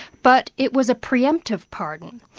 but it was a pre-emptive pardon.